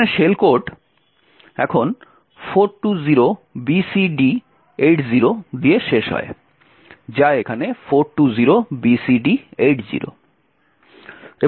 এখন shell code এখানে 420BCD80 দিয়ে শেষ হয় যা এখানে 420BCD80